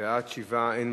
התשע"א 2010,